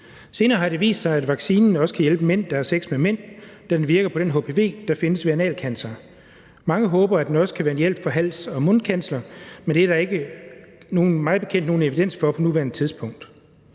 Senere har det vist sig, at vaccinen også kan hjælpe mænd, der har sex med mænd, da den virker på den hpv, der findes ved analcancer. Mange håber, at den også kan være en hjælp for hals- og mundcancer, men det er der mig bekendt ikke nogen evidens for på nuværende tidspunkt.